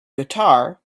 guitar